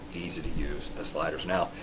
easy to use the sliders. now,